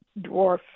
dwarf